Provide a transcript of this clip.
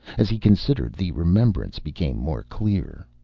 as he considered the remembrance became more clear.